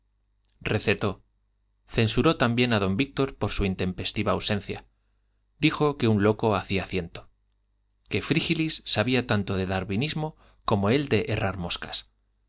recetó censuró también a don víctor por su intempestiva ausencia dijo que un loco hacía ciento que frígilis sabía tanto de darwinismo como él de herrar moscas